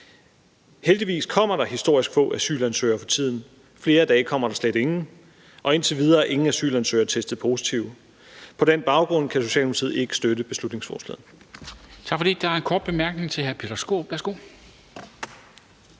Heldigvis kommer der historisk få asylansøgere for tiden – flere dage kommer der slet ingen – og indtil videre er ingen asylansøgere testet positive. På den baggrund kan Socialdemokratiet ikke støtte beslutningsforslaget.